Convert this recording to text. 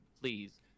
please